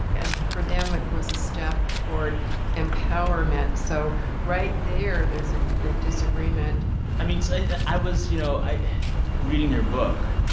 and for them, it was a step toward empowerment. so right there. yeah. there's a disagreement i mean, so i was, you know, i reading your book,